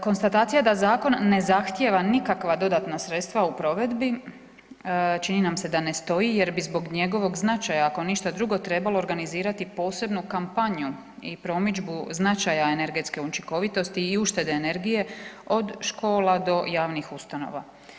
Konstatacija da zakon ne zahtjeva nikakva dodatna sredstva u provedbi čini nam se da ne stoji jer bi zbog njegovog značaja ako ništa drugo trebalo organizirati posebnu kampanju i promidžbu značaja energetske učinkovitosti i uštede energije od škola do javnih ustanova.